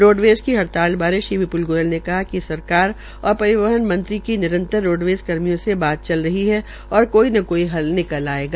roadways की हड़ताल श्री विप्ल गोयल ने कहा कि सरकार परिवहन मंत्री से निरंतर रोडवेज़ कर्मचारियों की बात चल रही है और कोई न कोई हल निकल जायेगा